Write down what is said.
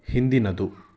ಹಿಂದಿನದು